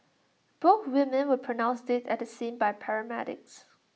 both women were pronounced dead at the scene by paramedics